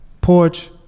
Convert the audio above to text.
porch